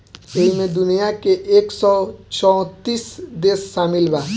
ऐइमे दुनिया के एक सौ चौतीस देश सामिल बा